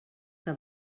que